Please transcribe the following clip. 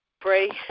Pray